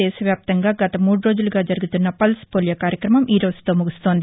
దేశవ్యాప్తంగా గత మూడు రోజులుగా జరుగుతున్న పల్ప్ పోలియో కార్యక్రమం ఈ రోజుతో ముగుస్తోంది